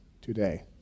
today